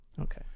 Okay